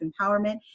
Empowerment